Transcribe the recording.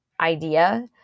idea